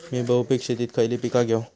मी बहुपिक शेतीत खयली पीका घेव?